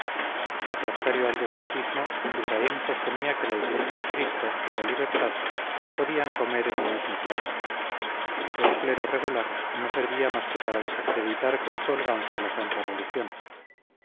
refractario al despotismo ibraim sostenía que la iglesia de cristo y la libertad podían comer en un mismo plato el clero regular no servía más que para desacreditar con su holganza la santa religión